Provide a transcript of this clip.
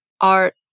art